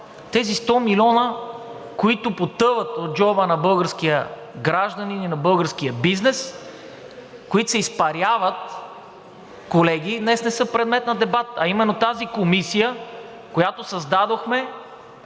Тези 100 милиона, които потъват от джоба на българския гражданин и на българския бизнес, които се изпаряват, колеги, днес не са предмет на дебат, а именно: тази комисия, която създадохме,